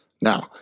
Now